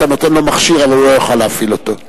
נותן מכשיר אבל הוא לא יוכל להפעיל אותו.